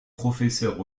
professeur